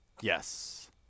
Yes